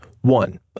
One